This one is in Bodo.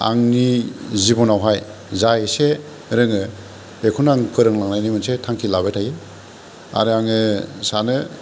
आंनि जिबनावहाय जा एसे रोङो बेखौनो आं फोरोंलांनायनि मोनसे थांखि लाबाय थायो आरो आङो सानो